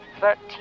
thirteen